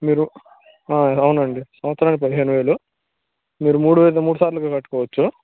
మీరు అవునండీ సంవత్సరానికి పదిహేను వేలు మీరు మూడు వి మూడు సార్లుగా కట్టుకోవచ్చు